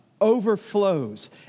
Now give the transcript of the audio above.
overflows